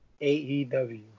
AEW